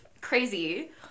crazy